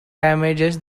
damages